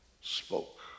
spoke